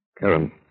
Karen